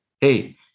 Hey